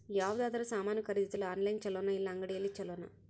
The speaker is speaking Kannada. ಯಾವುದಾದರೂ ಸಾಮಾನು ಖರೇದಿಸಲು ಆನ್ಲೈನ್ ಛೊಲೊನಾ ಇಲ್ಲ ಅಂಗಡಿಯಲ್ಲಿ ಛೊಲೊನಾ?